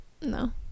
No